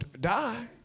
die